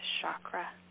chakra